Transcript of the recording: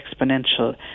exponential